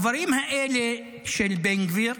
הדברים האלה של בן גביר